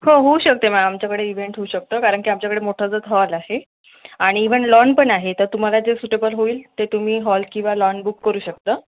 हो होऊ शकते मॅम आमच्याकडे इव्हेंट होऊ शकतं कारणकी आमच्याकडे मोठासाच हॉल आहे आणि इव्हण लॉण पण आहे तर तुम्हाला जे सुटेबल होईल ते तुम्ही हॉल किंवा लॉन बुक करू शकतं